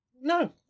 No